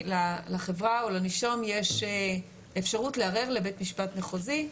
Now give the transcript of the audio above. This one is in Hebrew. לחברה או לנישום יש אפשרות לערער לבית משפט מחוזי.